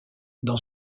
dans